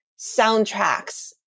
soundtracks